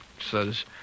says